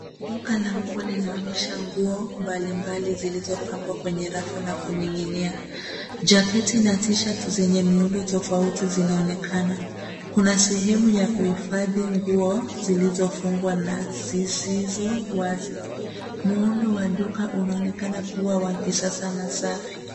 Duka la nguo linaonyesha nguo mbalimbali zilizopangwa kwenye rafu na kuning'inia. Jaketi na T-shirt zenye miundo tofauti zinaonekana. Kuna sehemu ya kuhifadhi nguo zilizofungwa na zisizo wazi. Muundo wa duka unaonekana kuwa wa kisasa na safi.